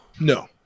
No